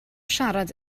siarad